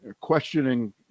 questioning